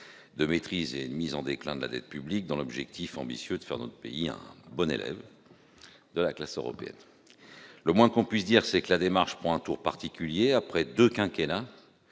de maîtrise et de mise en déclin de la dette publique, l'objectif, ambitieux, étant de faire de notre pays un bon élève de la classe européenne ... Le moins que l'on puisse dire, c'est que la démarche prend un tour particulier après les deux derniers